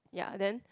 ya then